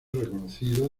reconocido